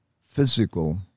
physical